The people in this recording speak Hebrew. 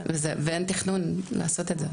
ואין תכנון לעשות את זה.